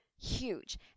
huge